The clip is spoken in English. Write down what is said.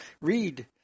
Read